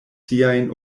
siajn